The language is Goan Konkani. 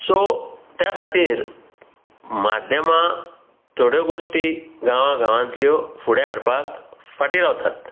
सो त्या खातीर माध्यमां थोड्यो गोश्टीं गावा गावांतल्यो फुडें हाडपाक फाटीं रावतात